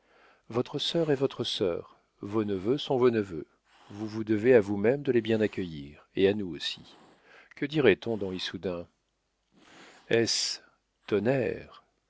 votre sœur est votre sœur vos neveux sont vos neveux vous vous devez à vous-même de les bien accueillir et à nous aussi que dirait-on dans issoudun s tonnerre